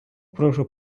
прошу